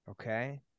okay